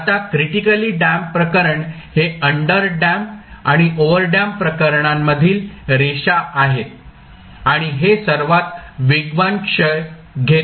आता क्रिटिकलीडॅम्पड प्रकरण हे अंडरडॅम्प्ड आणि ओव्हरडॅम्प्ड प्रकरणांमधील रेषा आहे आणि हे सर्वात वेगवान क्षय घेते